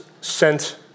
sent